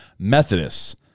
Methodists